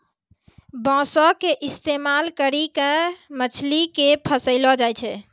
बांसो के इस्तेमाल करि के मछली के फसैलो जाय छै